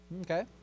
Okay